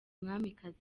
umwamikazi